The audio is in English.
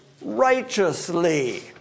righteously